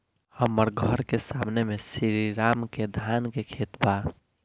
हमर घर के सामने में श्री राम के धान के खेत बा